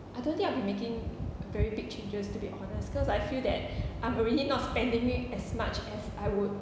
I don't think I'll be making very big changes to be honest cause I feel that I'm already not spending it as much as I would